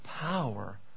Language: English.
power